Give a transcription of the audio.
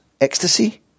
ecstasy